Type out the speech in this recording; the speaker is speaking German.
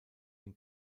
den